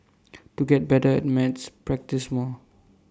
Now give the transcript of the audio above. to get better at maths practise more